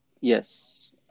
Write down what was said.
Yes